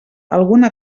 alguna